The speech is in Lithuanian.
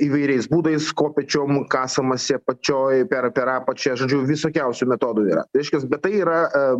įvairiais būdais kopėčiom kasamasi apačioj per per apačią žodžiu visokiausių metodų yra reiškias bet tai yra